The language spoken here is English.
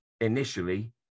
initially